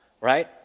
right